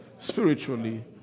spiritually